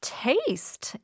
taste